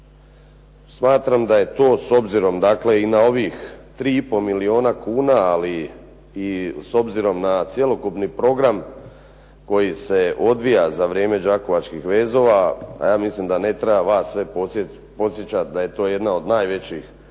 Smatram da je to, s obzirom dakle i na ovih 3 i pol milijuna kuna, ali i s obzirom na cjelokupni program koji se odvija za vrijeme "Đakovačkih vezova", a ja mislim da ne treba vas sve podsjećati da je to jedna od najvećih